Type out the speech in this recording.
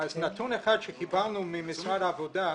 אז נתון אחד שקיבלנו ממשרד העבודה,